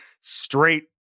straight